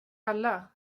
alla